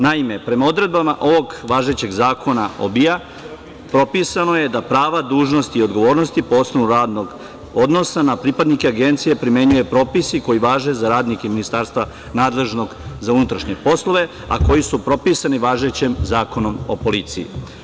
Naime, prema odredbama ovog važećeg zakona o BIA popisano je da prava, dužnosti i odgovornosti po osnovu radnog odnosa na pripadnika Agencije primenjuju propisi koji važe za radnike Ministarstva nadležnog za unutrašnje poslove, a koji su propisani važećim Zakonom o policiji.